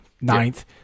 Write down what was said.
ninth